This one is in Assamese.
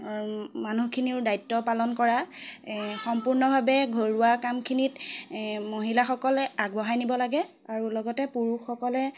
মানুহখিনিৰো দায়িত্ব পালন কৰা এ সম্পূৰ্ণভাৱে ঘৰুৱা কামখিনিত এ মহিলাসকলে আগবঢ়াই নিব লাগে আৰু লগতে পুৰুষসকলে